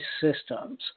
systems